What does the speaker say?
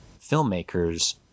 filmmakers